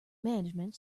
management